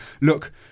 look